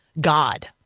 God